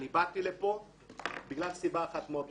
לומר שבאתי לכאן בגלל סיבה אחת מאוד פשוטה.